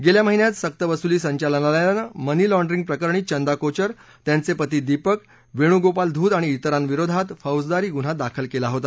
गेल्या महिन्यात सक्तवसुली संचालनालयानं मनी लाँडरिंग प्रकरणी चंदा कोचर त्यांचे पती दीपक वेणूगोपाल धूत आणि विरांविरोधात फोजदारी गुन्हा दाखल केला होता